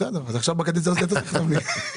בסדר, אז עכשיו בקדנציה הזאת אתה תחתום לי.